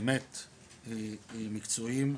באמת מקצועיים,